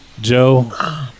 Joe